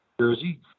Jersey